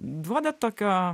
duoda tokio